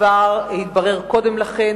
הדבר התברר קודם לכן,